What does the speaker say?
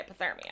hypothermia